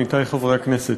עמיתי חברי הכנסת,